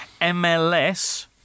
MLS